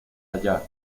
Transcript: allá